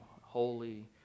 holy